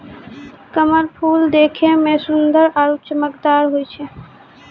कमल फूल देखै मे सुन्दर आरु चमकदार होय छै